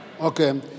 Okay